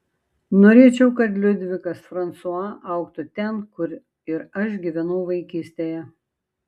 norėčiau kad liudvikas fransua augtų ten kur ir aš gyvenau vaikystėje